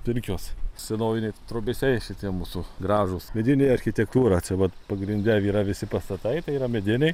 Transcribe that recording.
pirkios senoviniai trobesiai šitie mūsų gražūs medinė architektūra čia vat pagrinde yra visi pastatai tai yra mediniai